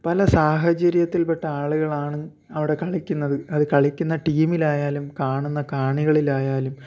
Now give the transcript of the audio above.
പല സാഹചര്യത്തില്പ്പെട്ട ആളുകളാണ് അവിടെ കളിക്കിന്നത് അത് കളിക്കുന്ന ടീമിലായാലും കാണുന്ന കാണികളിലായാലും